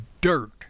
dirt